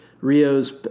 Rio's